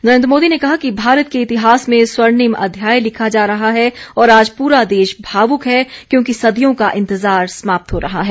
नरेंद्र मोदी ने कहा कि भारत के इतिहास में स्वर्णिम अध्याय लिखा जा रहा है और आज पूरा देश भावुक है क्योंकि सदियों का इंतजार समाप्त हो रहा है